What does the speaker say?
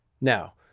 Now